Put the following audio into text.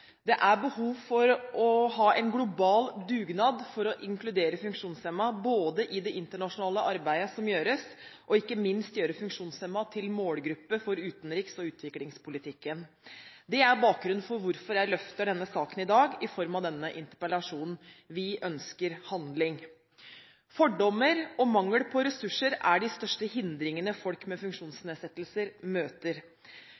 Det er behov for en global dugnad for å inkludere funksjonshemmede i det internasjonale arbeidet som gjøres, og ikke minst gjøre funksjonshemmede til målgruppe for utenriks- og utviklingspolitikken. Det er bakgrunnen for at jeg løfter denne saken i dag i form av denne interpellasjonen. Vi ønsker handling. Fordommer og mangel på ressurser er de største hindringene folk med